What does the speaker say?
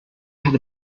had